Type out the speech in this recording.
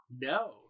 No